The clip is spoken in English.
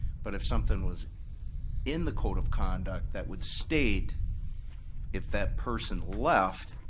but if something was in the code of conduct that would state if that person left,